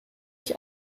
ich